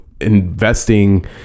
investing